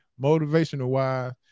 motivational-wise